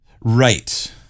Right